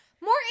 More